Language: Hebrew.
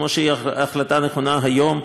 כמו שהיא החלטה נכונה היום,